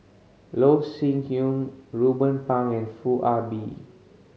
Loh Sin Yun Ruben Pang and Foo Ah Bee